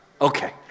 Okay